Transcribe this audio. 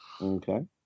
Okay